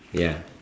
ya